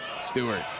Stewart